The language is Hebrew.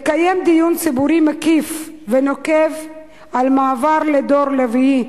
לקיים דיון ציבורי מקיף ונוקב על מעבר לדור רביעי,